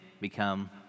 become